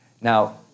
Now